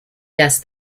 desk